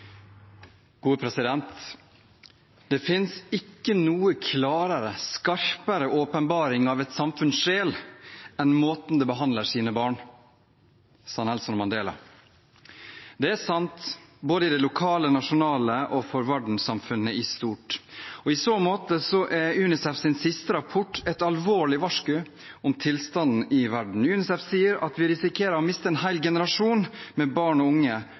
det lokale samfunnet, i det nasjonale samfunnet og for verdenssamfunnet i stort. I så måte er UNICEFs siste rapport et alvorlig varsku om tilstanden i verden. UNICEF sier at vi risikerer å miste en hel generasjon barn og unge